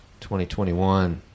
2021